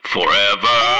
Forever